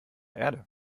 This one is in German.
erde